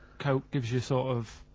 coke gives you sort of,